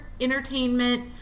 entertainment